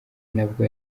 nabwo